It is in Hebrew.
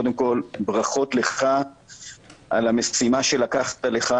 קודם כל ברכות לך על המשימה שלקחת לך,